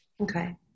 Okay